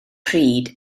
pryd